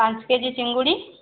ପାଞ୍ଚ କେଜି ଚିଙ୍ଗୁଡ଼ି